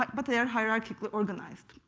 like but they are hierarchically organized.